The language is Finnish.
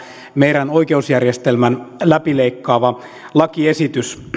meidän oikeusjärjestelmämme läpileikkaava lakiesitys